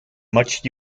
much